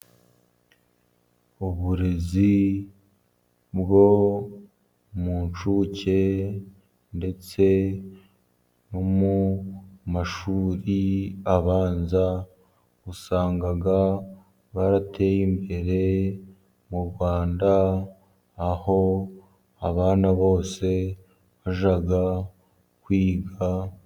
Uburezi bwo mu ncuke ndetse no mu mashuri abanza, usanga barateye imbere mu Rwanda aho abana bose bajya kwiga.